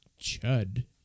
Chud